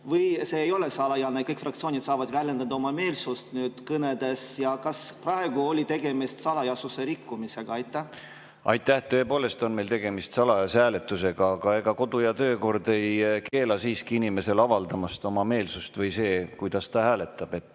Või see ei ole salajane, kõik fraktsioonid saavad väljendada oma meelsust kõnedes? Ja kas praegu oli tegemist salajasuse rikkumisega? Jah, tõepoolest on meil tegemist salajase hääletusega. Aga ega kodu‑ ja töökord ei keela siiski inimesel avaldamast oma meelsust või seda, kuidas ta hääletab.